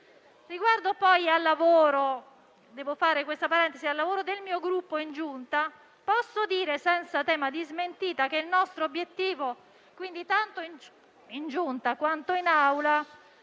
parentesi - del mio Gruppo in Giunta, posso dire senza timore di smentita che il nostro obiettivo, tanto in Giunta quanto in Aula,